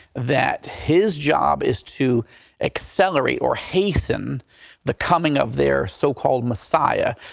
that his job is to accelerate, or hasten the coming of their so-called messiah,